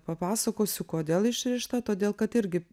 papasakosiu kodėl išrišta todėl kad irgi